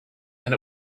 and